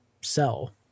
sell